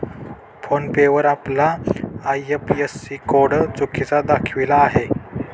phone पे वर आपला IFSC code चुकीचा दाखविला आहे